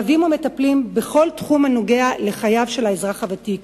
ומלווים ומטפלים בכל תחום הנוגע לחייו של האזרח הוותיק: